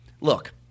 Look